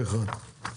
פה אחד.